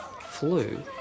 flew